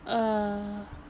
err